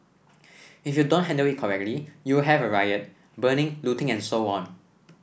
if you don't handle it correctly you'll have a riot burning looting and so on